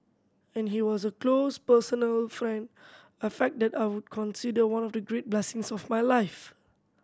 and he was a close personal friend a fact that I consider one of the great blessings of my life